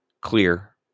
clear